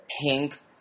pink